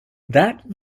that